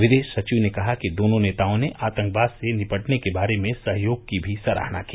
विदेश सचिव ने कहा कि दोनों नेताओं ने आतंकवाद से निपटने के बारे में सहयोग की भी सराहना की